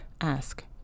ask